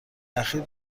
اخیر